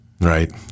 Right